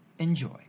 enjoy